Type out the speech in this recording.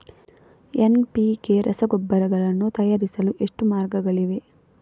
NPK ರಸಗೊಬ್ಬರಗಳನ್ನು ತಯಾರಿಸಲು ಎಷ್ಟು ಮಾರ್ಗಗಳಿವೆ?